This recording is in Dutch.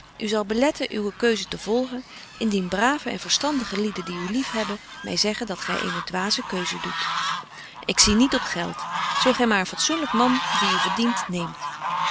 u zal beletten uwe keuze te volgen indien brave en verstandige lieden die u liefhebben my zeggen dat gy eene dwaze keuze doet ik zie niet op geld zo gy maar een fatzoenlyk man die u verdient neemt